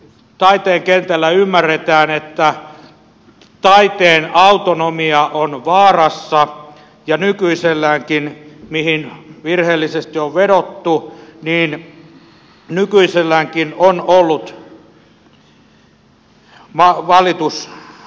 taiteen kentällä ymmärretään että taiteen autonomia on vaarassa ja nykyiselläänkin mihin virheellisesti on vedottu on ollut valitusmahdollisuus